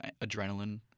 adrenaline